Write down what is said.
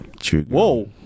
Whoa